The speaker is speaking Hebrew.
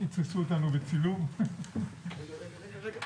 תודה רבה.